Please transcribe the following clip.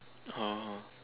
oh